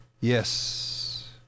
Yes